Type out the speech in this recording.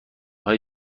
های